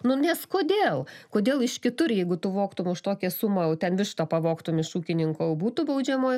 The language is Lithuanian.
nu nes kodėl kodėl iš kitur jeigu tu vogtum už tokią sumą o ten vištą pavogtum iš ūkininko o būtų baudžiamoj